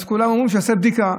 אז כולם אומרים שיעשה בדיקה.